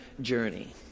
journey